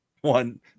one